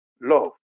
love